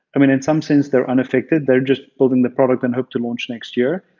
um in in some sense they're unaffected. they're just building the product and hope to launch next year.